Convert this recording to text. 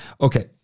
Okay